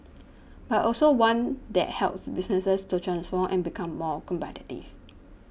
but also one that helps businesses to transform and become more competitive